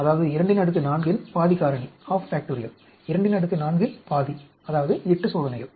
அதாவது 24 இன் பாதி காரணி 24 ல் பாதி அதாவது 8 சோதனைகள்